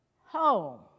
home